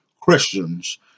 Christians